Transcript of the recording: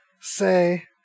say